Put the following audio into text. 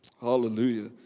Hallelujah